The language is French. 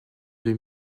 deux